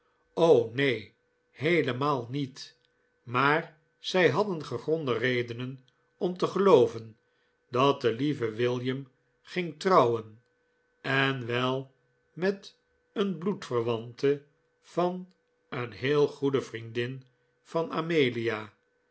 o neen heelemaal niet maar zij hadden gegronde redenen om te gelooven dat de lieve william ging trouwen en wel met een bloedverwante van een heel goede vriendin van amelia